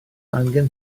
angen